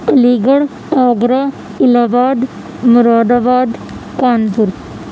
Ali Garh Agra Allahabad Moradabad Kanpur